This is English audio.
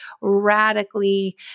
radically